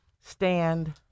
stand